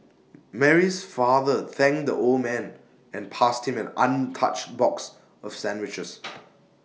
Mary's father thanked the old man and passed him an untouched box of sandwiches